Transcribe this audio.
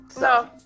No